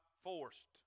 forced